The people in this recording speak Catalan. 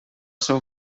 seu